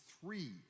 three